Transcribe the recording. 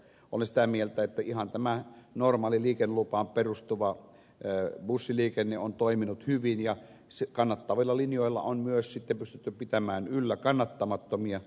olen sitä mieltä että ihan tämä normaali liikennelupaan perustuva bussiliikenne on toiminut hyvin ja kannattavilla linjoilla on myös sitten pystytty pitämään yllä kannattamattomia